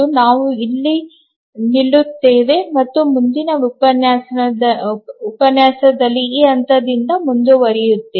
ನಾವು ಇಲ್ಲಿ ನಿಲ್ಲುತ್ತೇವೆ ಮತ್ತು ಮುಂದಿನ ಉಪನ್ಯಾಸದಲ್ಲಿ ಈ ಹಂತದಿಂದ ಮುಂದುವರಿಯುತ್ತೇವೆ